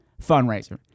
fundraiser